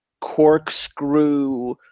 corkscrew